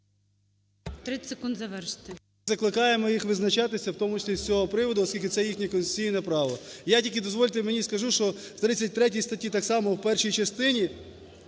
закликаємо їх визначатися, в тому числі і з цього приводу, оскільки це їхнє конституційне право. Я тільки, дозвольте мені, скажу, що в 33 статті так само, в першій частині